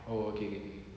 oh okay okay okay